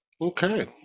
Okay